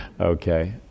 okay